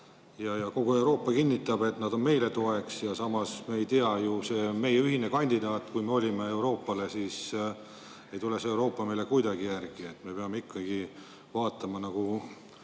Kogu Euroopa kinnitab, et nad on meile toeks. Samas me ei tea ju, see on meie ühine kandidaat, [nagu] meie olime Euroopas. Ei tulnud see Euroopa meile kuidagi järgi. Me peame ikkagi vaatama nagu